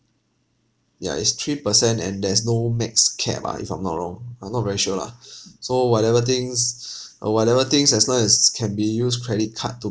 ya it's three percent and there's no max cap ah if I'm not wrong I'm not very sure lah so whatever things uh whatever things as long as can be used credit card to